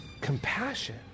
compassion